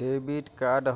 debit card